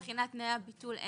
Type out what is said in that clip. ומבחינת תנאי הביטול?